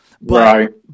Right